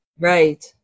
right